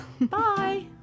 bye